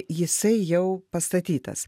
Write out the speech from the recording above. jisai jau pastatytas